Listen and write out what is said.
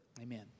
Amen